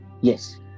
Yes